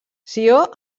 sió